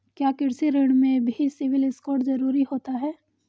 क्या कृषि ऋण में भी सिबिल स्कोर जरूरी होता है?